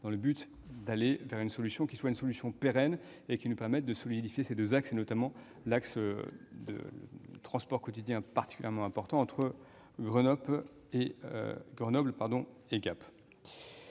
dans le but d'aller vers une solution pérenne qui nous permette de solidifier ces deux axes, notamment l'axe de transport quotidien particulièrement important entre Grenoble et Gap.